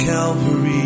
Calvary